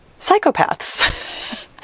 psychopaths